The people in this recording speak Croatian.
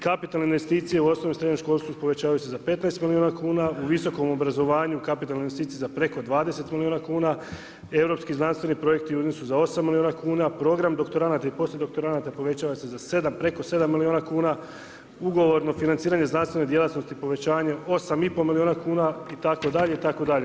Kapitalne investicije u osnovnom i srednjem školstvu povećavaju se za 15 milijuna kuna, u visokom obrazovanju kapitalne investicije za preko 20 milijuna kuna, europski i znanstveni projekti za 8 milijuna kuna, program doktoranata i poslijedoktoranata povećava se za preko 7 milijuna kuna, ugovorno financiranje znanstvene djelatnosti 8i pol milijuna kuna itd. itd.